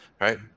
right